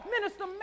Minister